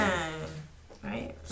Right